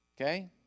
Okay